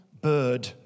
bird